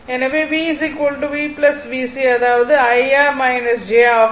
எனவே V V VC அதாவது I R j ஆகும்